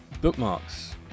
bookmarks